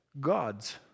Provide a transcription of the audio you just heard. gods